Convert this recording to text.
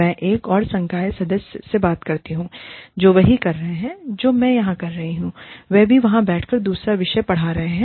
मैं एक और संकाय सदस्य से बात करती हूं जो वही कर रहे है जो मैं यहां कर रहीं हूं वह भी वहां बैठकर दूसरा विषय पढ़ा रहे हैं